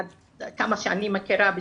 עד כמה שאני מכירה,